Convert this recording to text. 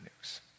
news